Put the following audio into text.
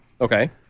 Okay